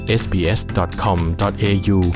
sbs.com.au